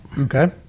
Okay